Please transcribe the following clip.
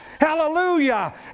Hallelujah